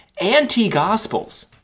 Anti-gospels